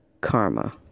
Karma